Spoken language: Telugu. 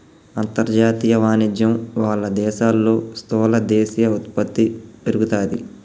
అంతర్జాతీయ వాణిజ్యం వాళ్ళ దేశాల్లో స్థూల దేశీయ ఉత్పత్తి పెరుగుతాది